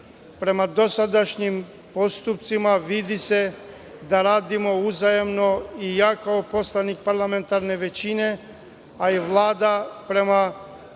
dosadašnjim postupcima vidi se da radimo uzajamno i, kao poslanik parlamentarne većine, a i Vlada prema